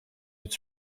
het